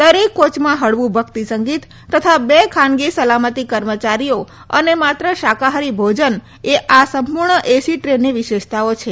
દરેક કોચમાં હળવું ભકિતસંગીત તથા બે ખાનગી સલામતી કર્મચારીઓ અને માત્ર શાકાહારી ભોજન એ આ સંપૂર્ણ એસી ટ્રેનની વિશેષતાઓ છે